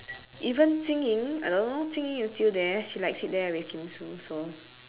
even jing ying I don't know jing ying is still there she likes it there with kim sue